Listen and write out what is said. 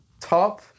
top